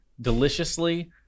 deliciously